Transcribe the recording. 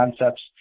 concepts